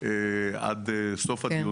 ארצות הברית,